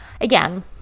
again